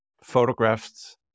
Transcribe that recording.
photographed